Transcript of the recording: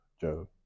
Joe